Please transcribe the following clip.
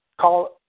call